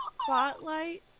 Spotlight